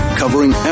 covering